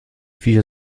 viecher